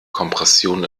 kompression